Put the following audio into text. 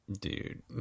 Dude